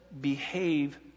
behave